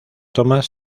tomas